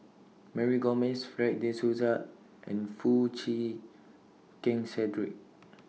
Mary Gomes Fred De Souza and Foo Chee Keng Cedric